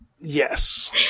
Yes